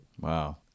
Wow